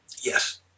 Yes